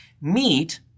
meet